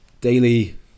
daily